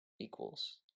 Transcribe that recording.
equals